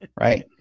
right